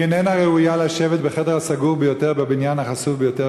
והיא איננה ראויה לשבת בחדר הסגור ביותר בבניין החסוי ביותר,